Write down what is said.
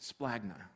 splagna